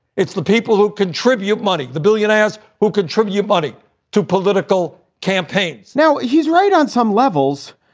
it's the people who contribute money. the billionaires who contribute money to political campaigns now, he's right on some levels.